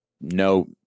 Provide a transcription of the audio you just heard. no